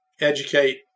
educate